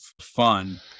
fun